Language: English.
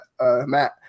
Matt